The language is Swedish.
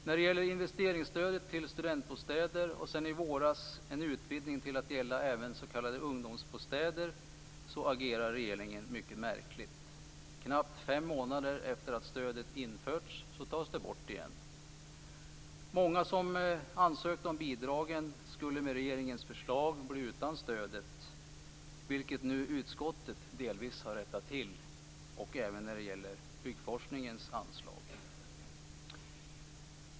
När det gäller investeringsstödet till studentbostäder, och sedan i våras en utvidgning till att gälla även s.k. ungdomsbostäder, agerar regeringen mycket märkligt. Knappt fem månader efter att stödet införts tas det bort igen. Många som ansökt om bidragen skulle med regeringens förslag bli utan stödet, vilket utskottet nu delvis har rättat till. Detsamma gäller byggforskningens anslag.